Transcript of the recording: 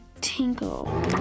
tinkle